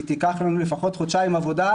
היא תיקח לנו לפחות חודשיים עבודה,